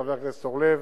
חבר הכנסת אורלב,